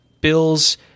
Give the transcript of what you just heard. Bills